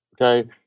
Okay